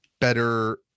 better